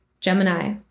Gemini